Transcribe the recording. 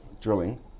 drilling